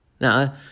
No